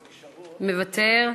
מוותר.